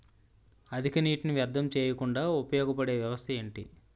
అధిక నీటినీ వ్యర్థం చేయకుండా ఉపయోగ పడే వ్యవస్థ ఏంటి